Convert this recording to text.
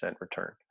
return